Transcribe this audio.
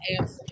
answer